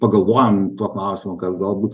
pagalvojam tuo klausimu gal galbūt